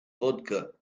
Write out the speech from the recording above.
vodka